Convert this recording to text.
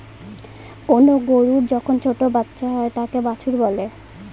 কোনো গরুর যখন ছোটো বাচ্চা হয় তাকে বাছুর বলে